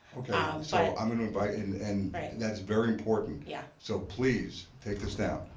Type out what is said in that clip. okay. um so i'm going to invite and and that's very important. yeah. so please take this down.